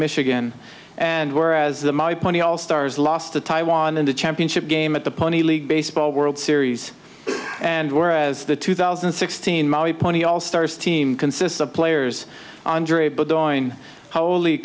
michigan and whereas the my money all stars lost to taiwan in the championship game at the pony league baseball world series and whereas the two thousand and sixteen molly pony all stars team consists of players andre but during holy